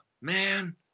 man